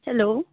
hello